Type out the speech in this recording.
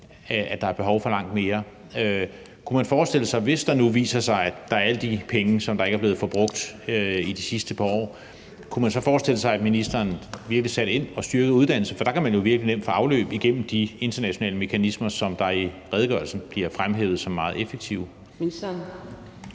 at der er behov for langt mere. Hvis det nu viser sig, at der er alle de penge, som ikke er blevet forbrugt i de sidste par år, kunne man så forestille sig, at ministeren virkelig satte ind og styrkede uddannelse? For der kan man jo virkelig nemt få afløb igennem de internationale mekanismer, som i redegørelsen bliver fremhævet som meget effektive.